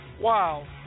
Wow